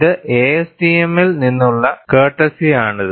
ഇത് ASTM ൽ നിന്നുള്ള കോർട്ടേസി ആണിത്